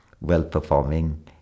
well-performing